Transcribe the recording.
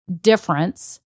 difference